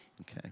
Okay